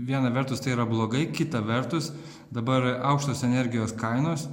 viena vertus tai yra blogai kita vertus dabar aukštos energijos kainos